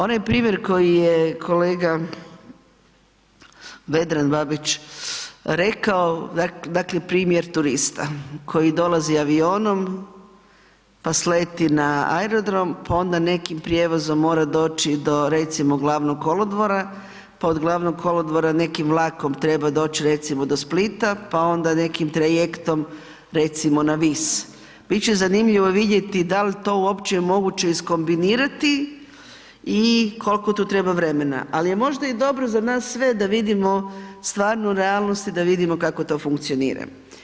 Onaj primjer koji je kolega Vedran Babić rekao, dakle primjer turista koji dolazi avionom, pa sleti na aerodrom, pa onda nekim prijevozom mora doći do recimo glavnog kolodvora, pa od glavnog kolodvora nekim vlakom treba doć recimo do Splita, pa onda nekim trajektom recimo na Vis, bit će zanimljivo vidjeti dal to uopće je moguće iskombinirati i kolko tu treba vremena, al je možda i dobro za nas sve da vidimo stvarnu realnost i da vidimo kako to funkcionira.